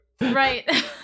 Right